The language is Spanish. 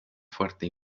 fuerte